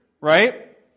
Right